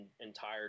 entire